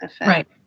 Right